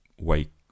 wake